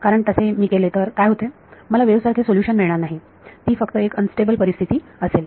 कारण मी तसे केले तर काय होते मला वेव्ह सारखे सोल्युशन मिळणार नाही ती फक्त एक अनस्टेबल परिस्थिती असेल